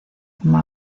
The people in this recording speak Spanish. como